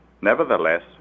Nevertheless